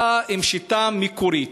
באה עם שיטה מקורית,